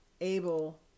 able